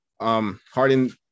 Harden